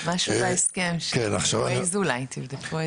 היו"ר: משהו בהסכם של ה- Waze אולי, תבדקו את זה.